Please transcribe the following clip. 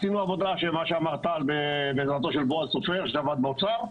ועשינו עבודה כפי שאמר טל בעזרתו של בועז סופר שעבד באוצר.